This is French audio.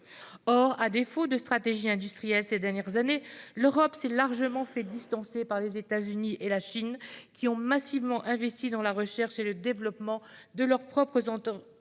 Or par manque de stratégie industrielle ces dernières années, l'Europe a été largement distancée par les États-Unis et la Chine, car ces États ont massivement investi dans la recherche et le développement de leurs propres entreprises,